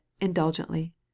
indulgently